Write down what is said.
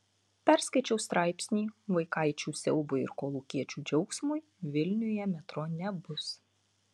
perskaičiau straipsnį vaikaičių siaubui ir kolūkiečių džiaugsmui vilniuje metro nebus